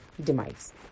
demise